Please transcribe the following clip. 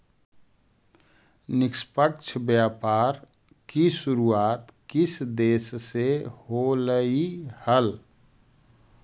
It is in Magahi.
निष्पक्ष व्यापार की शुरुआत किस देश से होलई हल